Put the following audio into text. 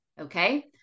okay